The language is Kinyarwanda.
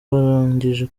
barangije